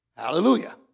Hallelujah